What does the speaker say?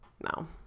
no